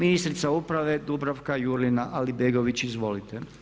Ministrica uprave Dubravka Jurlina Alibegović izvolite.